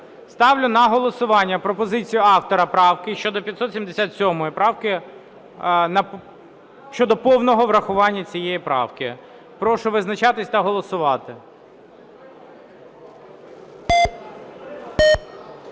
Ставлю на голосування пропозицію автора правки, щодо 577 правки, щодо повного врахування цієї правки. Прошу визначатись та голосувати.